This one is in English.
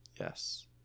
Yes